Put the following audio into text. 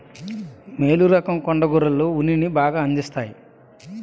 మేలు రకం కొండ గొర్రెలు ఉన్నిని బాగా అందిస్తాయి